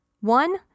One